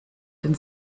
den